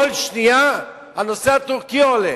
כל שנייה הנושא הטורקי עולה.